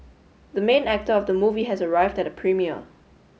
the main actor of the movie has arrived at the premiere